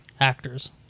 actors